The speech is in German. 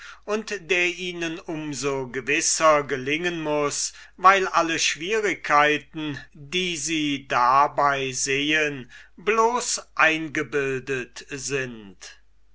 und der ihnen um so gewisser gelingen muß weil alle schwierigkeiten so sie dabei sehen bloß eingebildet sind